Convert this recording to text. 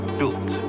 built